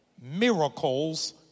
Miracles